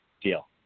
Deal